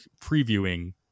previewing